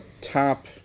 top